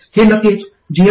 हे नक्कीच gmvgs आहे